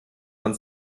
von